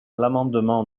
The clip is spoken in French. l’amendement